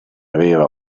aveva